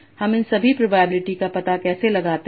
हम इन सभी प्रोबेबिलिटी का पता कैसे लगाते हैं